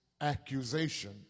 accusation